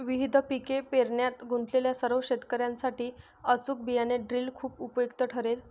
विविध पिके पेरण्यात गुंतलेल्या सर्व शेतकर्यांसाठी अचूक बियाणे ड्रिल खूप उपयुक्त ठरेल